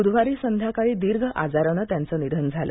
बुधवारी संध्याकाळी दीर्घ आजारानं त्यांचं निधन झालं